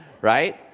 right